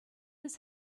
his